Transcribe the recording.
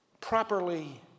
Properly